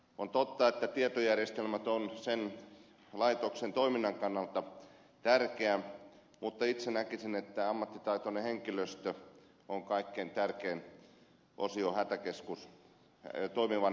on totta että tietojärjestelmät ovat sen laitoksen toiminnan kannalta tärkeitä mutta itse näkisin että ammattitaitoinen henkilöstö on kaikkein tärkein osio toimivan hätäkeskuksen tilalla